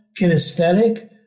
kinesthetic